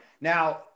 Now